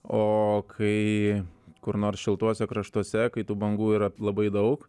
o kai kur nors šiltuose kraštuose kai tų bangų yra labai daug